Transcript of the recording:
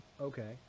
okay